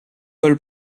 pole